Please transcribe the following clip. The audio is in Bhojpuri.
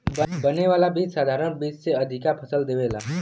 बने वाला बीज साधारण बीज से अधिका फसल देवेला